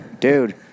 dude